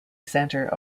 centre